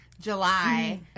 July